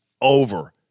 over